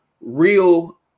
real